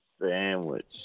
sandwich